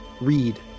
read